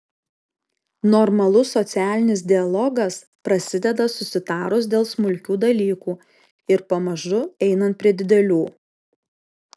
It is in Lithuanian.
normalus socialinis dialogas prasideda susitarus dėl smulkių dalykų ir pamažu einant prie didelių